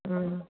অঁ